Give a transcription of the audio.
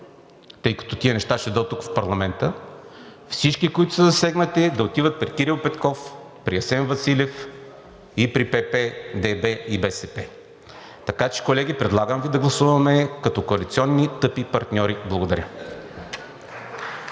тъй като тези неща се дъвкат тук в парламента, всички, които са засегнати, да отиват при Кирил Петков, при Асен Василев и при ПП, ДБ и БСП. Така че колеги, предлагам Ви да гласуваме като коалиционни тъпи партньори. Благодаря.